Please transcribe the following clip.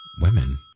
Women